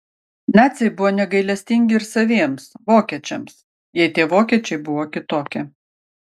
naciai buvo negailestingi ir saviems vokiečiams jei tie vokiečiai buvo kitokie